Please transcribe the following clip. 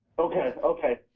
okay, okay.